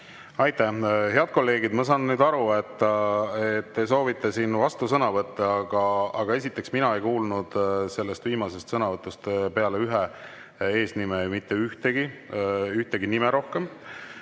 Aitäh! Head kolleegid! Ma saan aru, et te soovite siin nüüd vastusõnavõtte, aga esiteks, mina ei kuulnud sellest viimasest sõnavõtust peale ühe eesnime mitte ühtegi nime rohkem.